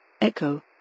Echo